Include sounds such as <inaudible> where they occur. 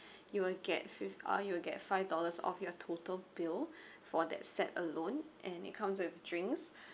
<breath> you will get fif~ uh you will get five dollars off your total bill for that set alone and it comes with drinks <breath>